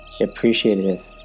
appreciative